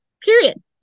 Period